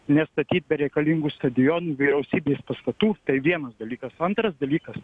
nestatyt bereikalingų stadionų vyriausybės paskatų tai vienas dalykas antras dalykas